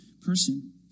person